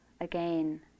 again